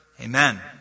Amen